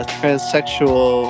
transsexual